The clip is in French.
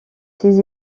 ses